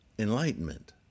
Enlightenment